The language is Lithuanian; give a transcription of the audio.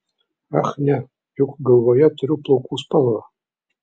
ach ne juk galvoje turiu plaukų spalvą